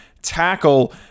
tackle